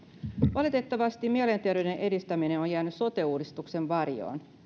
valitettavasti mielenterveyden edistäminen on jäänyt sote uudistuksen varjoon